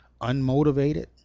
unmotivated